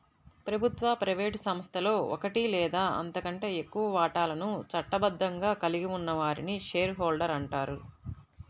ప్రభుత్వ, ప్రైవేట్ సంస్థలో ఒకటి లేదా అంతకంటే ఎక్కువ వాటాలను చట్టబద్ధంగా కలిగి ఉన్న వారిని షేర్ హోల్డర్ అంటారు